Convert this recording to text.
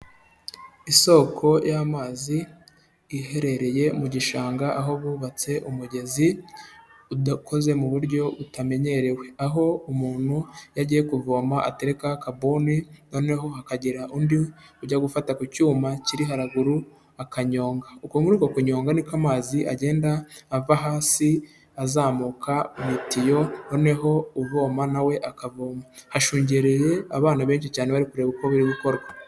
Isoko y'amazi iherereye mu gishanga, aho bubatse umugezi udakoze mu buryo butamenyerewe. Aho umuntu iyo agiye kuvoma aterekaho akabuni noneho hakagira undi ujya gufata ku cyuma kiri haraguru akanyonga, uko muri uko kunyonga ni ko amazi agenda ava hasi azamuka mu itiyo, noneho uvoma na we akavoma. Hashungereye abana benshi cyane bari kureba uko biri gukorwa.